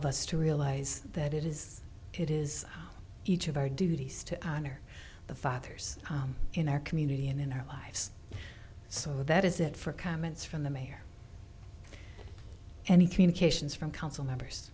of us to realize that it is it is each of our duties to honor the fathers in our community and in our lives so that is it for comments from the mayor any communications from council members